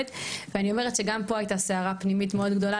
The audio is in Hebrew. ואני אומרת שגם פה הייתה סערה פנימית מאוד גדולה,